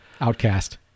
outcast